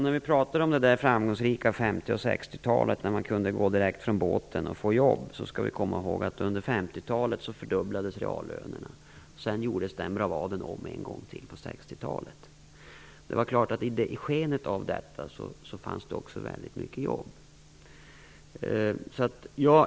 När vi pratar om de framgångsrika 50 och 60 talen, när man kunde gå direkt från båten och få jobb, skall vi komma ihåg att under 50-talet fördubblades reallönerna. Sedan gjordes den bravaden om en gång till på 60-talet. Det är klart att det i skenet av detta också fanns väldigt många jobb.